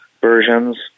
versions